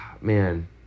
man